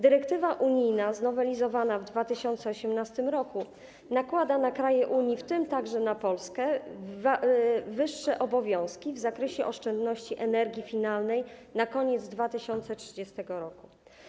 Dyrektywa unijna znowelizowana w 2018 r. nakłada na kraje Unii, w tym także na Polskę, wyższe obowiązki w zakresie oszczędności energii finalnej na koniec 2030 r.